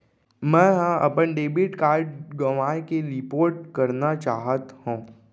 मै हा अपन डेबिट कार्ड गवाएं के रिपोर्ट करना चाहत हव